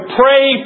pray